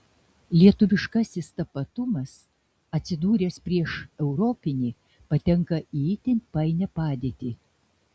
lietuviškasis tapatumas atsidūręs prieš europinį patenka į itin painią padėtį